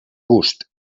gust